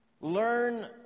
Learn